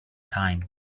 time